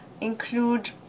include